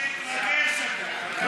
מה אתה מתרגש, אתה?